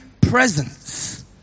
presence